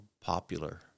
popular